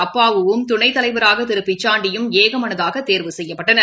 அப்பாவும் துணைத் தலைவராகதிருபிச்சாண்டியும் ஏகமனதாகதேர்வு செய்யப்பட்டனர்